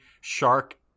shark